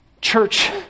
Church